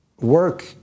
Work